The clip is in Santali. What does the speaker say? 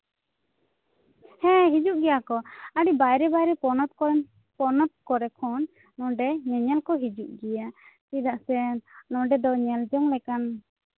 ᱦᱮᱸ ᱦᱤᱡᱩᱜ ᱜᱮᱭᱟ ᱠᱚ ᱟᱹᱰᱤ ᱵᱟᱭᱨᱮᱼᱵᱟᱭᱨᱮ ᱯᱚᱱᱚᱛ ᱠᱚᱨᱮᱱ ᱯᱚᱱᱚᱛ ᱠᱚᱨᱮ ᱠᱷᱚᱱ ᱱᱚᱸᱰᱮ ᱧᱮᱧᱮᱞ ᱠᱚ ᱦᱤᱡᱩᱜ ᱜᱮᱭᱟ ᱪᱮᱫᱟᱜ ᱥᱮ ᱱᱚᱸᱰᱮ ᱫᱚ ᱧᱮᱞᱼᱡᱚᱝ ᱞᱮᱠᱟᱱ